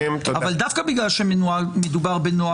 אבל דווקא בגלל שמדובר בנוהג,